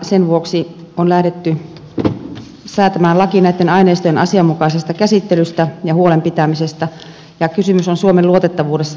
sen vuoksi on lähdetty säätämään laki näitten aineistojen asianmukaisesta käsittelystä ja niistä huolta pitämisestä ja kysymys on suomen luotettavuudesta kansainvälisen yhteistyön osapuolena